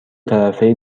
طرفه